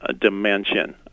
dimension